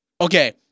Okay